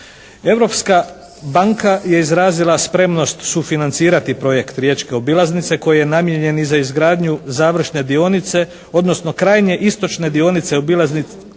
Europska banka je izrazila spremnost sufinancirati Projekt Riječke obilaznice koji je namijenjen i za izgradnju završne dionice odnosno krajnje istočne dionice obilaznice